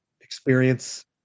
experience